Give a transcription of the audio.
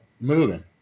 moving